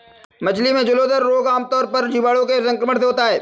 मछली में जलोदर रोग आमतौर पर जीवाणुओं के संक्रमण से होता है